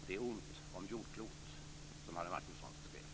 Det är ont om jordklot, som Harry Martinsson skrev.